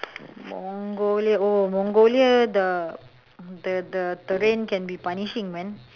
mongolia oh mongolia the the the rain can be punishing man